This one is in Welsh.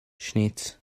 cnicht